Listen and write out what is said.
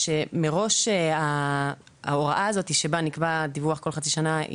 שמראש ההוראה הזאת שבה נקבע דיווח כל חצי שנה,